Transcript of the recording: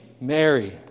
Mary